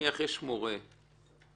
מורה,